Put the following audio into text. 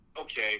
okay